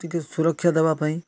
ଟିକିଏ ସୁରକ୍ଷା ଦେବାପାଇଁ